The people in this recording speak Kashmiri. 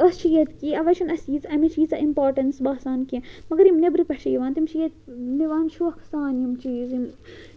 أسۍ چھِ ییٚتہِ کی اَوَے چھُنہٕ اَسہِ ییٖژ اَمِچ ییٖژاہ اِمپاٹَنس باسان کینٛہہ مَگر یِم نیبرٕ پٮ۪ٹھ چھِ یِوان تِم چھِ ییٚتہِ نِوان شوقہٕ سان یِم چیٖز یِم